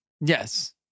Yes